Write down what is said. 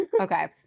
Okay